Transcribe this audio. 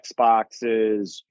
Xboxes